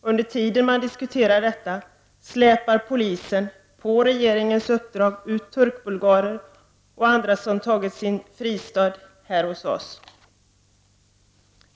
Under tiden detta diskuteras släpar polisen, på regeringens uppdrag, ut turkbulgarer och andra som funnit sin fristad här hos oss.